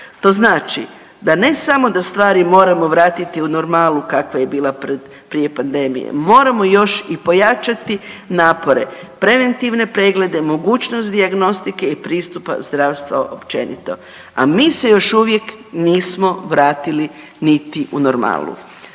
to znači da ne samo da stvari moramo vratiti u normalu kakva je bila prije pandemije, moramo još i pojačati napore, preventivne preglede, mogućnost dijagnostike i pristupa zdravstva općenito, a mi se još uvijek nismo vratiti niti u normalu.